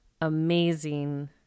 amazing